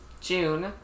June